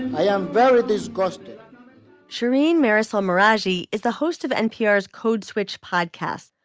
i am very disgusted shereen marisol meraji is the host of npr's code switch podcast.